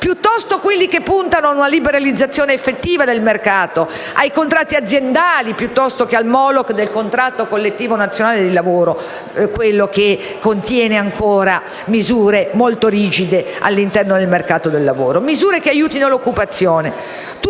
Piuttosto, quelli che puntano ad una liberalizzazione effettiva del mercato, ai contratti aziendali piuttosto che al *moloch* del contratto collettivo nazionale del lavoro, quello che contiene ancora misure molto rigide all'interno del mercato del lavoro; misure che aiutino l'occupazione.